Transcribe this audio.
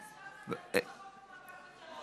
ועדת החוקה.